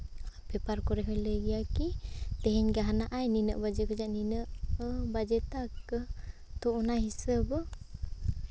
ᱟᱨ paper ᱠᱚᱨᱮ ᱦᱚᱸᱭ ᱞᱟᱹᱭ ᱜᱮᱭᱟᱭ ᱠᱤ ᱛᱮᱦᱮᱧ ᱜᱟᱦᱱᱟᱜᱼᱟᱭ ᱱᱤᱱᱟᱹᱜ ᱵᱟᱡᱮ ᱠᱷᱚᱡᱟᱜ ᱱᱤᱱᱟᱹᱜ ᱵᱟᱡᱮ ᱛᱚᱠ ᱛᱚ ᱚᱱᱟ ᱦᱤᱥᱟᱹᱵᱽ